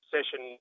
Session